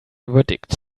verdict